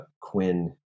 Quinn